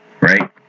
right